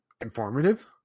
informative